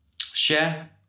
Share